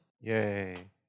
Yay